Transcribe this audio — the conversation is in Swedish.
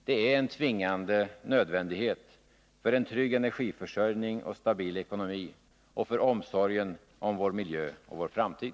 Det är en tvingande nödvändighet för en trygg energiförsörjning och en stabil ekonomi liksom för omsorgen om vår miljö och vår framtid.